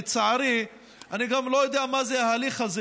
לצערי אני גם לא יודע מה זה ההליך הזה,